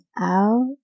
out